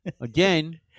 Again